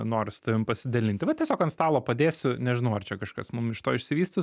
noriu su tavim pasidalinti vat tiesiog ant stalo padėsiu nežinau ar čia kažkas mums iš to išsivystys